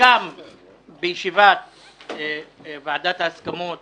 מוסכם בישיבת ועדת ההסכמות